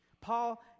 Paul